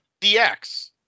DX